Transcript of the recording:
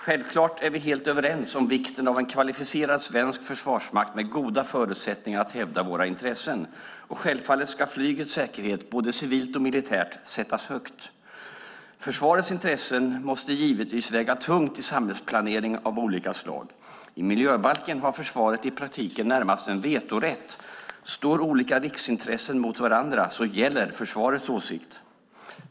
Självklart är vi helt överens om vikten av en kvalificerad svensk försvarsmakt med goda förutsättningar att hävda våra intressen, och självfallet ska flygets säkerhet - både civilt och militärt - sättas högt. Försvarets intressen måste givetvis väga tungt i samhällsplanering av olika slag. I miljöbalken har försvaret i praktiken närmast vetorätt. Om olika riksintressen mot varandra gäller försvarets åsikt.